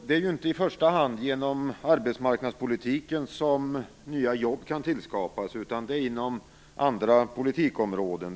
Det är inte i första hand genom arbetsmarknadspolitiken som nya jobb kan skapas, utan det är inom andra politikområden.